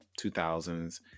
2000s